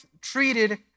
treated